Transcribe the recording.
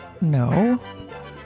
No